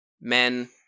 men